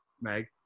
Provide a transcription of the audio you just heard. Meg